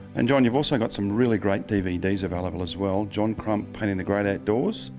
and john, you've also got some really great dvds available as well john crump painting the great outdoors,